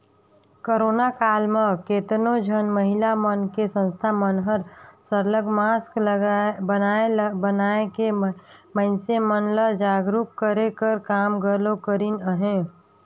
corona काल म केतनो झन महिला मन के संस्था मन हर सरलग मास्क बनाए बनाए के मइनसे मन ल जागरूक करे कर काम घलो करिन अहें